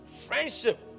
Friendship